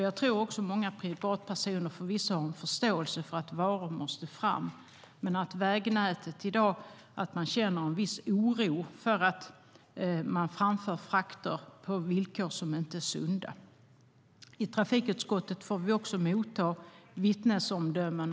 Jag tror att många privatpersoner förvisso har förståelse för att varor måste fram men känner en viss oro över att frakter framförs på villkor som inte är sunda. I trafikutskottet får vi motta vittnesomdömen.